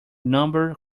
number